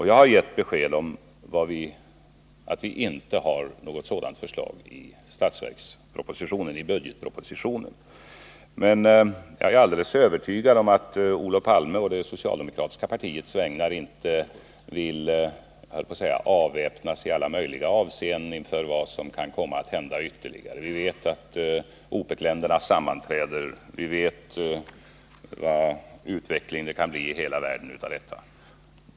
Jag har gett besked att vi inte har något förslag om höjd moms i budgetpropositionen, men jag är alldeles övertygad om att Olof Palme å det socialdemokratiska partiets vägnar inte vill avväpnas i alla möjliga avseenden med tanke på vad som kan komma att hända framdeles. Vi vet att OPEC-länderna sammanträder och känner inte till vilken utveckling det kan bli i världen som en följd därav.